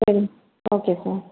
okay sir